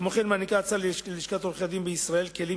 כמו כן מעניקה ההצעה ללשכת עורכי-הדין בישראל כלים